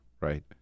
right